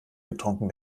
getrunken